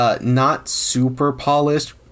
not-super-polished